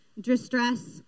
distress